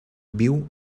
viu